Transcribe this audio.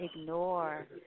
ignore